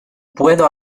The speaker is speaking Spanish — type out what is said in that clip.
puedo